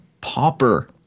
Pauper